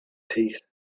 teeth